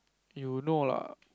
you know lah